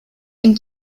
ihm